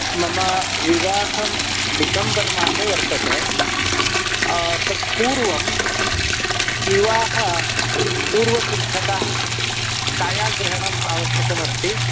मम विवाहः डिसेम्बर् मासे वर्तते तत्पूर्वं विवाहपूर्वसिद्धताछायाग्रहणम् आवश्यकम् अस्ति